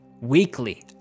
weekly